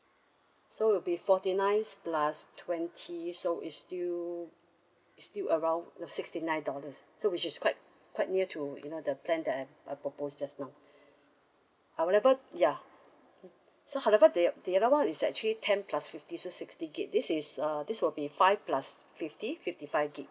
so will be forty nine plus twenty so is still is still around the sixty nine dollars so which is quite quite near to you know the plan that I I proposed just now however ya so however the the other one is actually ten plus fifty to sixty gigabytes this is err this will be five plus fifty fifty five gigabytes